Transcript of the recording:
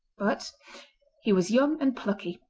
but he was young and plucky,